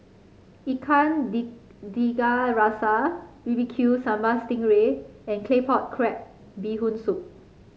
Ikan Tiga Rasa B B Q Sambal Sting Ray and Claypot Crab Bee Hoon Soup